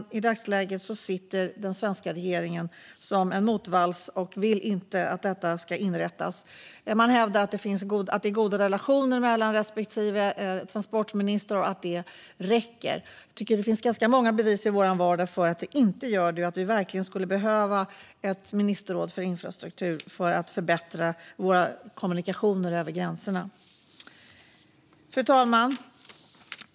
Men i dagsläget är den svenska regeringen motvalls och vill inte att ett sådant ska inrättas. Man hävdar att det råder goda relationer mellan ländernas transportministrar och att det räcker. Jag tycker att det finns ganska många bevis i vår vardag för att det inte gör det och att vi verkligen skulle behöva ett ministerråd för infrastruktur för att förbättra våra kommunikationer över gränserna. Fru talman!